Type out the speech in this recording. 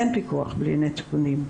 אין פיקוח בלי נתונים,